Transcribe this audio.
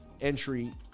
entry